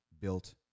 built